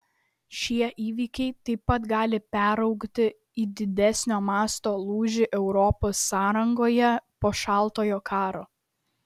šie įvykiai taip pat gali peraugti į didesnio masto lūžį europos sąrangoje po šaltojo karo